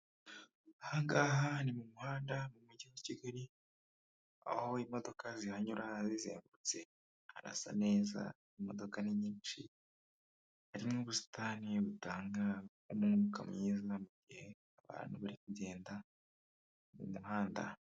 Ahangaha ni mu muhanda mu mujyi wa kigali aho imodoka zihanyura zizengurutse, harasa neza, imodoka ninyinshi harimo ubusitani butanga umwuka mwiza mugihe abantu bari kugenda mumuhanda.